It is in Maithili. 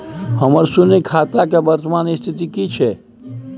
हमर शुन्य जमा खाता के वर्तमान स्थिति की छै?